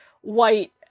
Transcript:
white